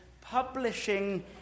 publishing